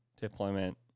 deployment